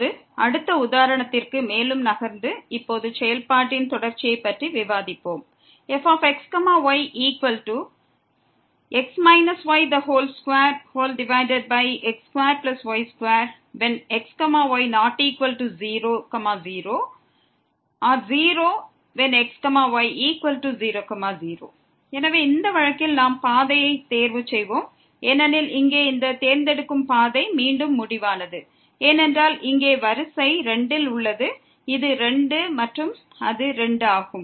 இப்போது அடுத்த உதாரணத்திற்கு மேலும் நகர்ந்து இப்போது செயல்பாட்டின் தொடர்ச்சியைப் பற்றி விவாதிப்போம் fxyx y2x2y2xy00 0xy00 எனவே இந்த வழக்கில் நாம் பாதையை தேர்வு செய்வோம் ஏனெனில் இங்கே இந்த தேர்ந்தெடுக்கும் பாதை மீண்டும் முடிவானது ஏனென்றால் இங்கே வரிசை 2 இல் உள்ளது இது 2 மற்றும் அது 2 ஆகும்